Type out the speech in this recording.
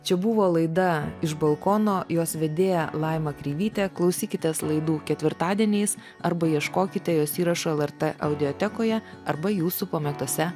čia buvo laida iš balkono jos vedėja laima kreivytė klausykitės laidų ketvirtadieniais arba ieškokite jos įrašų lrt audiotekoje arba jūsų pamėgtose